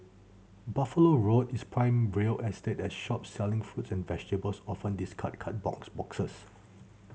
Buffalo Road is prime real estate as shops selling fruits and vegetables often discard cardboard boxes